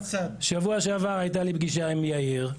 בשבוע שעבר הייתה לי פגישה עם יאיר.